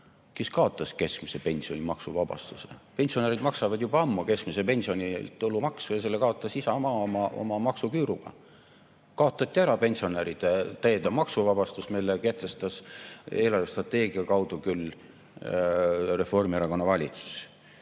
Kes kaotas keskmise pensioni maksuvabastuse? Pensionärid maksavad juba ammu keskmiselt pensionilt tulumaksu ja selle kaotas Isamaa oma maksuküüruga. Kaotati ära pensionäride täiendav maksuvabastus, mille kehtestas – eelarvestrateegia kaudu küll – Reformierakonna valitsus.